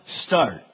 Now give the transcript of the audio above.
start